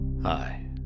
Hi